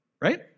Right